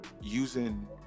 using